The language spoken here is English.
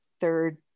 third